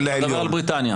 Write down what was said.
אתה מדבר על בריטניה?